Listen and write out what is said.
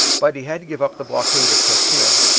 but he had to give up the blockade of presqu'isle,